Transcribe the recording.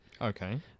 Okay